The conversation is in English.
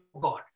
God